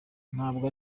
ntabwo